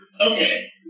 Okay